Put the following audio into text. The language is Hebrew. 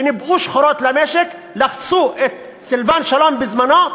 שניבאו שחורות למשק, שלחצו את סילבן שלום, בזמנו,